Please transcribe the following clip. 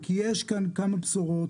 כי יש כאן כמה בשורות,